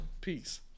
Peace